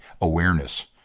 awareness